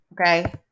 okay